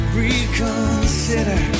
reconsider